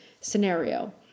scenario